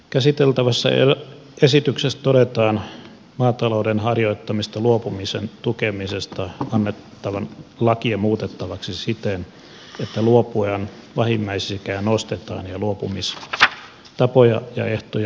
käsiteltävässä esityksessä ehdotetaan maatalouden harjoittamisesta luopumisen tukemisesta annettua lakia muutettavaksi siten että luopujan vähimmäisikää nostetaan ja luopumistapoja ja ehtoja rajoitetaan